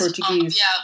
Portuguese